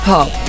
Pop